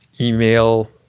email